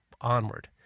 onward